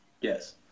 yes